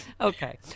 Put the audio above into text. Okay